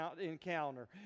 encounter